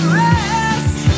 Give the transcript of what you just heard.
rest